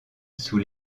sous